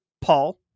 Paul